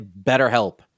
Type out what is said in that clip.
BetterHelp